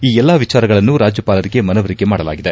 ಈ ಎಲ್ಲಾ ವಿಚಾರಗಳನ್ನು ರಾಜ್ಯಪಾಲರಿಗೆ ಮನವರಿಕೆ ಮಾಡಲಾಗಿದೆ